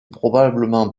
probablement